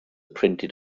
printed